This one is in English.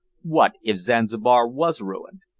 what if zanzibar was ruined?